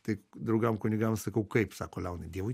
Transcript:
tai draugam kunigam sakau kaip sako leonai dievui